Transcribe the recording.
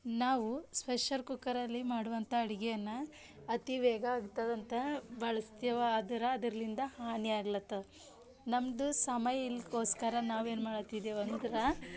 ನಾವು ಸ್ಪೆಷರ್ ಕುಕ್ಕರಲ್ಲಿ ಮಾಡುವಂಥ ಅಡಿಗೆಯನ್ನು ಅತಿ ವೇಗ ಆಗ್ತದಂತ ಬಳಸ್ತೇವೆ ಆದ್ರೆ ಅದರ್ಲಿಂದ ಹಾನಿ ಆಗ್ಲತವ ನಮ್ದು ಸಮಯ ಇಲ್ಕೋಸ್ಕರ ನಾವೇನು ಮಾಡತಿದ್ದೀವಂದ್ರೆ